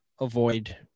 avoid